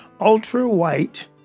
ultra-white